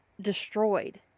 destroyed